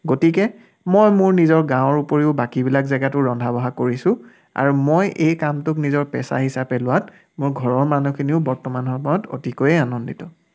গতিকে মই মোৰ নিজৰ গাঁৱৰ উপৰিও বাকীবিলাক জেগাতো ৰন্ধা বঢ়া কৰিছোঁ আৰু মই এই কামটোক নিজৰ পেছা হিচাপে লোৱাত মোৰ ঘৰৰ মানুহখিনিয়েও বৰ্তমান সময়ত অতিকৈয়ে আনন্দিত